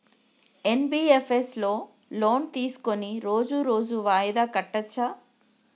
NBFS లో loan తీస్కొని రోజు రోజు వాయిదా కట్టచ్ఛా?